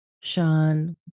Sean